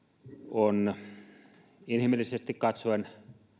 on inhimillisesti katsoen